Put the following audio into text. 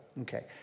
okay